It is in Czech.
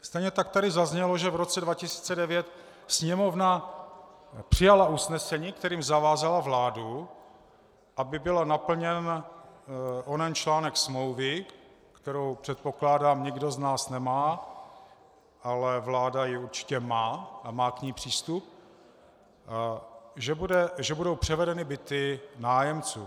Stejně tak tady zaznělo, že v roce 2009 Sněmovna přijala usnesení, kterým zavázala vládu, aby byl naplněn onen článek smlouvy, kterou, předpokládám, nikdo z nás nemá, ale vláda ji určitě má a má k ní přístup, že budou převedeny byty nájemcům.